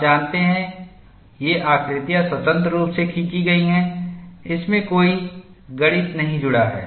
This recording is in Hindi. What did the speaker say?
आप जानते हैं ये आकृतियाँ स्वतंत्र रूप से खींची गई हैं इसमें कोई गणित नहीं जुड़ा है